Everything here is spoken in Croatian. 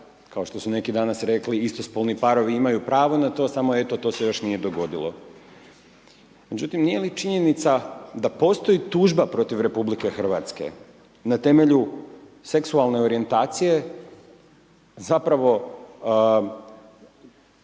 kao što su neki danas rekli, istospolni parovi imaju pravo na to samo eto, to se još nije dogodilo. Međutim nije li činjenica da postoji tužba protiv RH na temelju seksualne orijentacije, zapravo